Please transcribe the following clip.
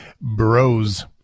bros